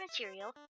material